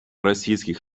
російських